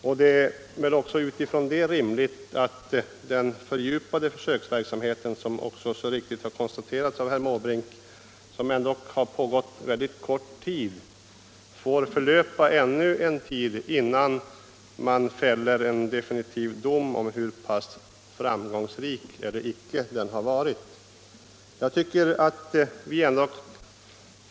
Från den utgångspunkten är det väl rimligt att den fördjupade försöksverksamheten, som ju — det har så riktigt konstaterats av herr Måbrink — har pågått väldigt kort tid, får fortlöpa ytterligare en tid innan man fäller en definitiv dom i fråga om hur pass framgångsrik eller icke den har varit.